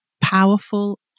powerful